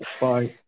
Bye